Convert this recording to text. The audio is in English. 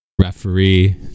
Referee